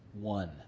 one